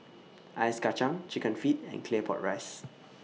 Ice Kacang Chicken Feet and Claypot Rice